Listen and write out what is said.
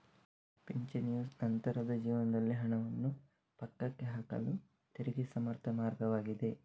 ಪಿಂಚಣಿಯು ನಂತರದ ಜೀವನದಲ್ಲಿ ಹಣವನ್ನು ಪಕ್ಕಕ್ಕೆ ಹಾಕಲು ತೆರಿಗೆ ಸಮರ್ಥ ಮಾರ್ಗವಾಗಿದೆ